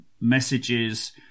messages